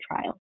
trial